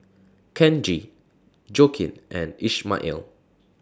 Kenji Joaquin and Ishmael